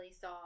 saw